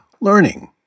learning